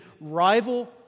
rival